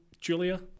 julia